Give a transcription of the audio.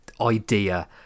idea